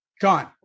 Gone